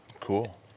Cool